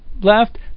left